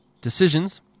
decisions